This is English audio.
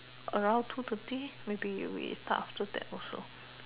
around two thirty maybe we start after that also